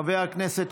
חבר הכנסת